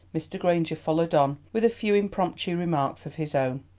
mr. granger followed on with a few impromptu remarks of his own.